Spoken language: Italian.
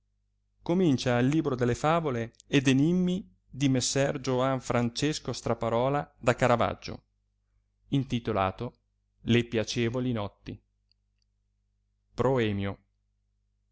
comincia il libro delle favole ed enimmi di messer glovanprancesco straparola da caravaggio intitolato le piacevoli notti proemio